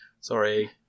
Sorry